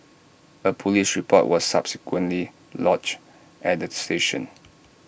A Police report was subsequently lodged at the station